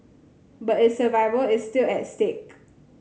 but its survival is still at stake